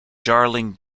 darjeeling